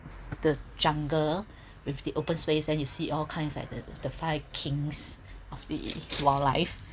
the jungle with the open space then you see all kinds like the the five kings of the wildlife